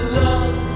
love